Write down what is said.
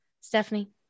stephanie